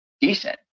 decent